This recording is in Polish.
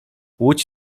łódź